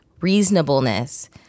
reasonableness